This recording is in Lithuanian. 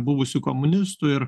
buvusių komunistų ir